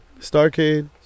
Starcade